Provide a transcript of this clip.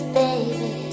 baby